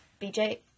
bj